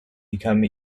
become